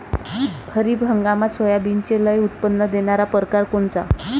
खरीप हंगामात सोयाबीनचे लई उत्पन्न देणारा परकार कोनचा?